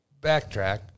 backtrack